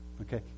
Okay